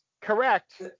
Correct